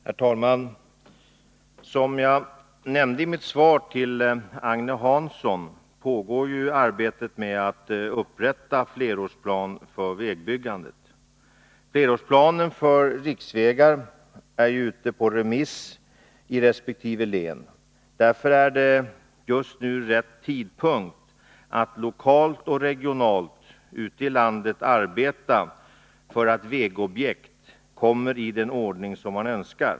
Herr talman! Som jag nämnde i mitt svar till Agne Hansson pågår arbetet med att upprätthålla flerårsplan för vägbyggandet. Flerårsplanen för riksvägar är ute på remiss i resp. län. Därför är det just nu rätt tidpunkt att lokalt och regionalt ute i landet arbeta för att vägobjekten kommer i den ordning som man önskar.